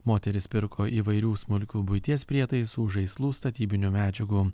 moteris pirko įvairių smulkių buities prietaisų žaislų statybinių medžiagų